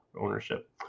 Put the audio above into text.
ownership